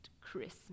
Christmas